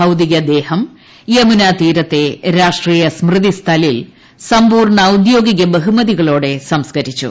ഭൌതികദേഹം യമുനാതീരത്തെ രാഷ്ട്രീയ സ്മൃതി സ്ഥലിൽ സമ്പൂർണ്ണ ഔദ്യോഗിക ബഹുമതികളോടെ സംസ്കരിച്ചു